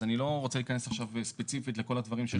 אז אני לא רוצה להיכנס עכשיו ספציפית לכל הדברים שיש פה.